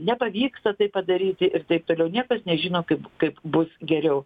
nepavyksta taip padaryti ir taip toliau niekas nežino kaip kaip bus geriau